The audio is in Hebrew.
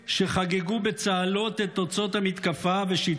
שחגגו בצהלות את תוצאות המתקפה ושיתפו